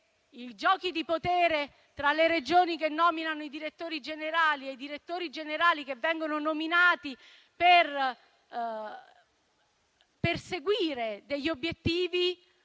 i giochi di potere tra le Regioni che nominano i direttori generali e i direttori generali che vengono nominati per perseguire degli obiettivi